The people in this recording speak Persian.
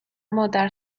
مادر